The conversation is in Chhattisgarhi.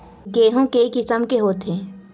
गेहूं के किसम के होथे?